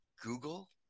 Google